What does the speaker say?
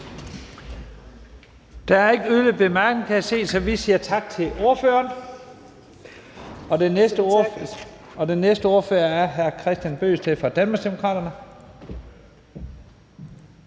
Der er ikke yderligere korte bemærkninger, kan jeg se, så vi siger tak til ordføreren. Og den næste ordfører er hr. Kristian Bøgsted fra Danmarksdemokraterne.